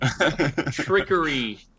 Trickery